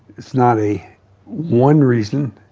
it's not a one reason.